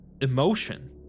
emotion